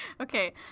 Okay